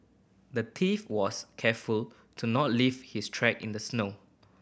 the thief was careful to not leave his track in the snow